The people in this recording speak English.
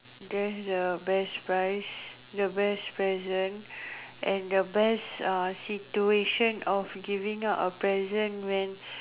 that's the best prize the best present and the best uh situation of giving out a present when